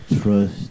Trust